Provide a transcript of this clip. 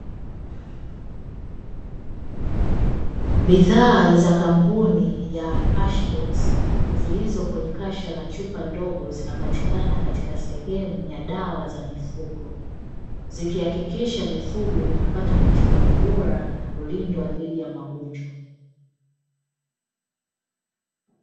Bidhaa za kampuni ya ashidox zilizo kwenye kasha na chupa ndogo zinapatikana katika sehemu ya dawa za mifugo zikihakikisha mifugo inapata matibabu bora na kulindwa dhidi ya magonjwa.